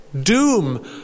doom